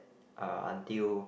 uh until